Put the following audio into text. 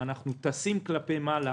אנחנו טסים כלפי מעלה